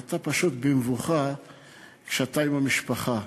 ואתה פשוט במבוכה כשאתה עם המשפחה.